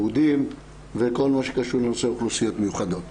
יהודים וכל מה שקשור לנושא אוכלוסיות מיוחדות.